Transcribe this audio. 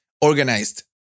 organized